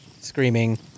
Screaming